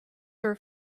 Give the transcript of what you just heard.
are